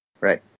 Right